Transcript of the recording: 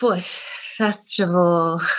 Festival